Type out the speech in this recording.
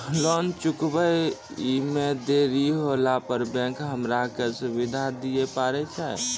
Loan चुकब इ मे देरी होला पर बैंक हमरा की सुविधा दिये पारे छै?